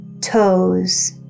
toes